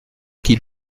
qu’il